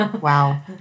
Wow